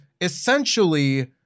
essentially